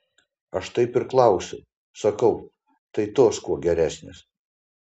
aš taip ir klausiu sakau tai tos kuo geresnės